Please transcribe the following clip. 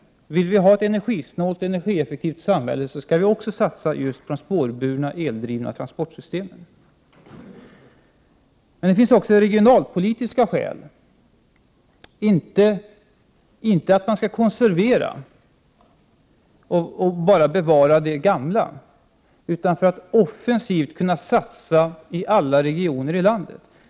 Vill vi ha ett energisnålt och energieffektivt samhälle, skall vi också satsa just på de spårburna, eldrivna transportsystemen. Men det finns också regionalpolitiska skäl — inte för att konservera och bara bevara det gamla, utan för att kunna satsa offensivt i alla regioner i landet.